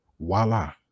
Voila